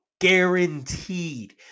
guaranteed